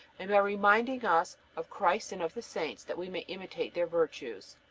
and by reminding us of christ and of the saints, that we may imitate their virtues.